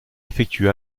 effectue